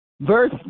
verse